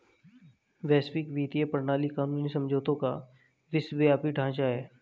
वैश्विक वित्तीय प्रणाली कानूनी समझौतों का विश्वव्यापी ढांचा है